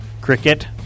cricket